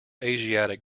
asiatic